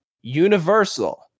Universal